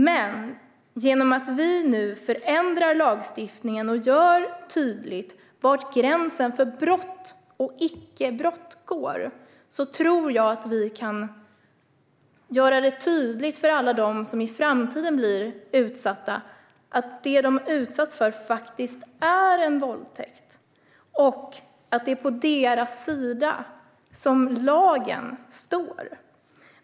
Men genom att vi nu förändrar lagstiftningen och gör tydligt var gränsen mellan brott och icke-brott går tror jag att vi kan göra det tydligt för alla dem som i framtiden blir utsatta att det som de har utsatts för faktiskt är en våldtäkt och att det är på deras sida som lagen står.